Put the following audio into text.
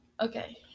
Okay